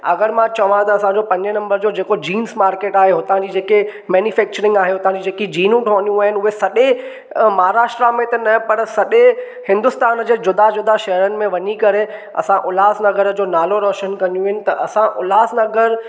अगरि मां चवां त असांजो पंज नंबर जो जेको जींस मार्केट आहे हुतां जी जेके मैनीफैक्चरिंग आहे हुतां जी जेकी जीनूं ठहंदियूं आहिनि उहे सॾे महाराष्ट्र में त न पर सॼे हिंदुस्तान जे जुदा जुदा शहरुनि में वञी करे असां उल्हासनगर जो नालो रोशन कंदियूं आहिनि त असां उल्हासनगर